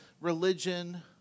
religion